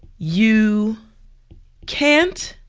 you can't